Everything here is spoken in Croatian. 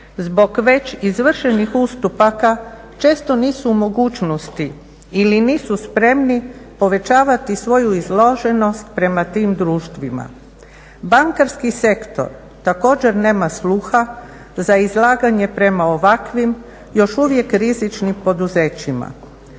zbog već izvršenih ustupaka često nisu u mogućnosti ili nisu spremni povećavati svoju izloženost prema tim društvima. Bankarski sektor također nema sluha za izlaganje prema ovakvim još uvijek rizičnim poduzećima.